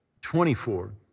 24